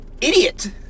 Idiot